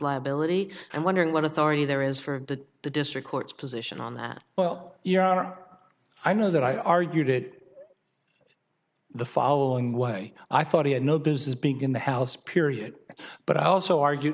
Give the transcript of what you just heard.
liability and wondering what authority there is for the the district court's position on that well you are i know that i argued it the following way i thought he had no business being in the house period but i also argue